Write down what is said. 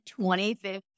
2015